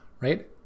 right